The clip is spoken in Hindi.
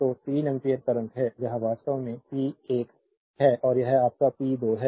तो 3 एम्पीयर करंट है यह वास्तव में पी 1 है और यह आपका पी 2 है